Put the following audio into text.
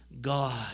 God